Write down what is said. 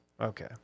Okay